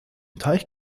teich